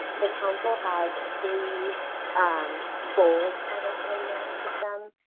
the council has three um goals for their early learning system.